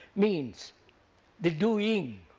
means the doing.